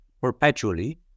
perpetually